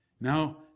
Now